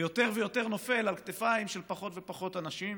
וזה יותר ויותר נופל על כתפיים של פחות ופחות אנשים,